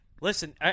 Listen